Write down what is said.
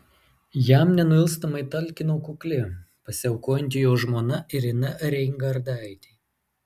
jam nenuilstamai talkino kukli pasiaukojanti jo žmona irina reingardaitė